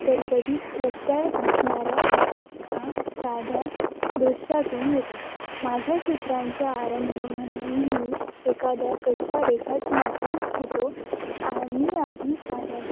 तर कधी रस्त्यावर दिसणाऱ्या एका साध्या दृश्यातून येते माझ्या चित्रांचां आरंभ म्हन नेहमी एखाद्या कच्च्या रेखाटनातून होतो आणि आधी साध्या